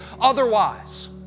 otherwise